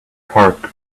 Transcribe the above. park